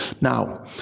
Now